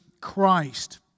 Christ